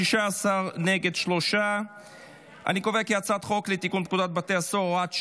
ההצעה להעביר את הצעת חוק תיקון פקודת בתי הסוהר (הוראת שעה,